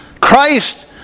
Christ